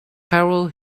carol